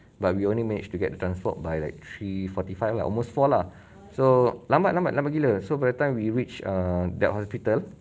but we only managed to get the transport by like three forty five lah almost four lah so lambat lambat lambat gila so by the time we reached err the hospital